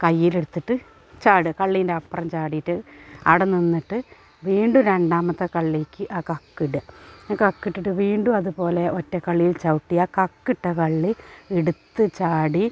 കയ്യിലെടുത്തിട്ടു ചാടുക കള്ളിയിൻ്റപ്പുറം ചാടിയിട്ട് ആടെ നിന്നിട്ടു വീണ്ടും രണ്ടാമത്തെ കള്ളിയിലേക്കു ആ കക്കിട കക്കിട്ടിട്ട് വീണ്ടും അതുപോലെ ഒറ്റ കള്ളിയിൽ ചവിട്ടിയാൽ കക്കിട്ട കള്ളി എടുത്തു ചാടി